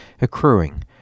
accruing